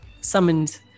Summoned